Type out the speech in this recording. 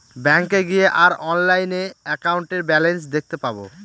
ব্যাঙ্কে গিয়ে আর অনলাইনে একাউন্টের ব্যালান্স দেখতে পাবো